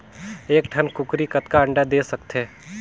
एक ठन कूकरी कतका अंडा दे सकथे?